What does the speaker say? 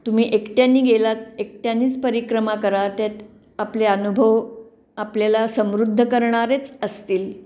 तुम्ही एकट्याने गेलात एकट्यानेच परिक्रमा करा त्यात आपले अनुभव आपल्याला समृद्ध करणारेच असतील